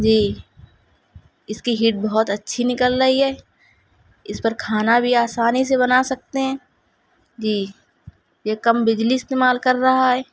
جی اس کی ہٹ بہت اچھی نکل رہی ہے اس پر کھانا بھی آسانی سے بنا سکتے ہیں جی یہ کم بجلی استعمال کر رہا ہے